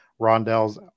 rondell's